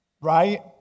right